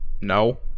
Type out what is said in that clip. no